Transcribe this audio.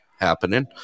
happening